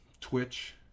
Twitch